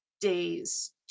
days